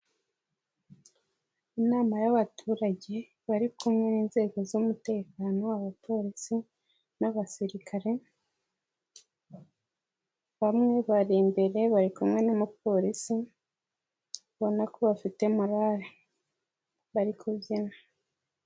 Inama y'abaturage bari kumwe n'inzego z'umutekano abapolisi n'abasirikare bamwe bari imbere bari kumwe n'umupolisi ubona ko bafite morale bari kubyina.